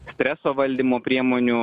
streso valdymo priemonių